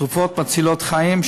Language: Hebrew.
תרופות מצילות חיים,